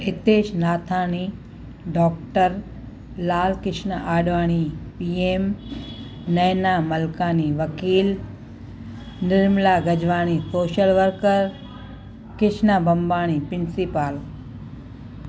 Hitesh Nathani doctor Lal Kishan Advani PM Naina Malkani वकील Nirmala Gajwani social worker Kishna Bambani principal